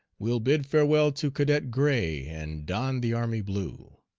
we'll bid farewell to cadet gray and don the army blue.